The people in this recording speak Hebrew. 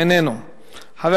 איננו נוכח,